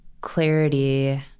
clarity